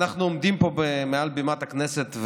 אנחנו עומדים פה מעל בימת הכנסת,